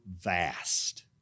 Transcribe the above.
vast